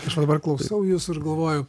aš va dabar klausau jūsų ir galvoju